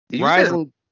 Rising